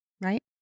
right